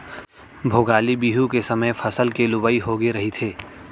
भोगाली बिहू के समे फसल के लुवई होगे रहिथे